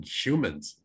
humans